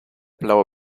blaue